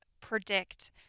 predict